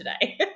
today